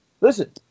listen